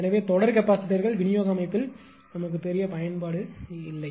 எனவே தொடர் கெபாசிட்டார்கள் விநியோக அமைப்பில் பெரிய பயன்பாடு இல்லை